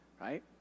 Right